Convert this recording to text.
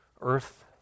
earth